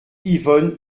yvonne